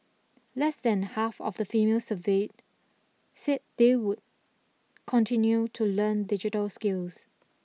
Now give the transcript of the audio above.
less than half of the females surveyed said they would continue to learn digital skills